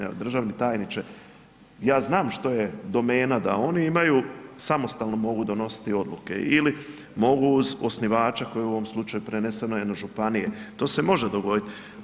Evo, državni tajniče, ja znam što je domena, da oni imaju, samostalno mogu donositi odluke ili mogu osnivača, koji je u ovom slučaju preneseno je na županije, to se može dogoditi.